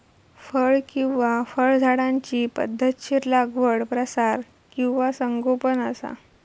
फळ किंवा फळझाडांची पध्दतशीर लागवड प्रसार किंवा संगोपन असा